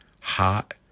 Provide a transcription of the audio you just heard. hot